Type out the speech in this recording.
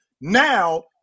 Now